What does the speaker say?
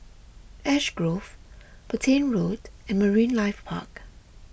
Ash Grove Petain Road and Marine Life Park